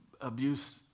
abuse